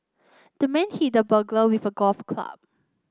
the man hit the burglar with a golf club